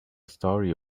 story